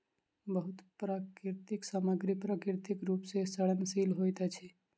बहुत प्राकृतिक सामग्री प्राकृतिक रूप सॅ सड़नशील होइत अछि